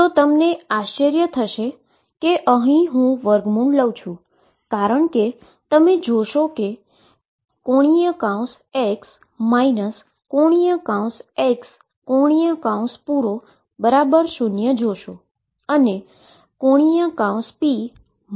તમને આશ્ચર્ય થશે કે હુ અહી સ્ક્વેર રૂટ અહીં લઉં છું કારણ કે તમે જોશો કે ⟨x ⟨x⟩⟩0 જોશો